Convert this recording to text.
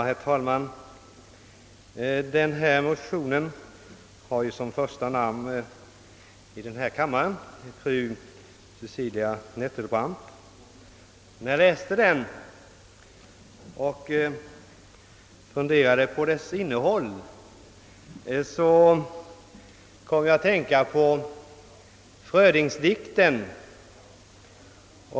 Herr talman! Den här motionen har som första namn i den här kammaren fru Cecilia Nettelbrandt. När jag läste den och funderade på dess innehåll kom jag att tänka på en Frödingsdikt.